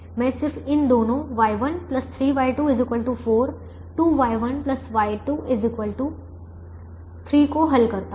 मैं सिर्फ इन दोनों Y1 3Y2 4 2Y1 Y2 3 को हल करता हूं